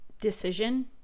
decision